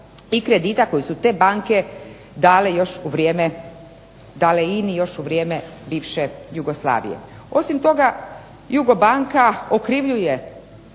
i kredita koji su te banke dale INA-i još u vrijeme bivše Jugoslavije. Osim toga JUGOBANKA okrivljuje